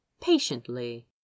patiently